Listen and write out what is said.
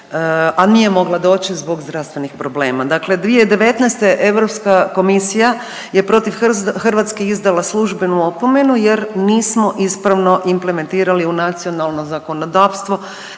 a nije mogla doći zbog zdravstvenih problema. Dakle, 2019. Europska komisija je protiv Hrvatske izdala službenu opomenu jer nismo ispravno implementirali u nacionalno zakonodavstvo